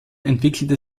entwickelte